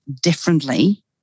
differently